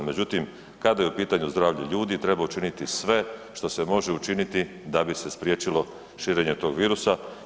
Međutim, kada je u pitanju zdravlje ljudi treba učiniti sve što se može učiniti da bi se spriječilo širenje tog virusa.